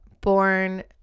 born